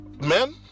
men